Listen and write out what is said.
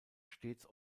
stets